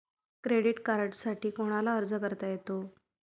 Credit कार्डसाठी कोणाला अर्ज करता येतो?